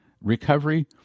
recovery